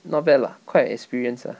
not bad lah quite an experience ah